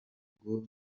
ngo